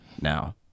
now